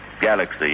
galaxy